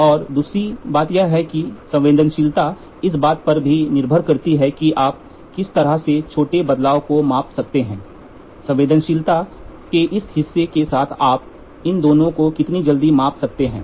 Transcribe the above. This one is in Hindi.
और दूसरी बात यह है कि संवेदनशीलता इस बात पर भी निर्भर करती है कि आप किस तरह से छोटे बदलाव को माप सकते हैं संवेदनशीलता के इस हिस्से के साथ आप इन दोनों को कितनी जल्दी माप सकते हैं